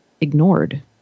ignored